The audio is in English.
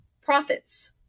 profits